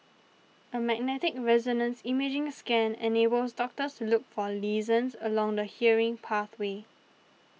a magnetic resonance imaging scan enables doctors to look for lesions along the hearing pathway